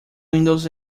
windows